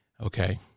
okay